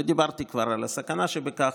וכבר דיברתי על הסכנה שבכך.